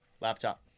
Laptop